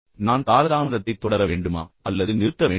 நான் காலதாமதத்தைத் தொடர வேண்டுமா அல்லது அதை நிறுத்த வேண்டுமா